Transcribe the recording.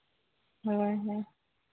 ᱦᱳᱭ ᱦᱳᱭ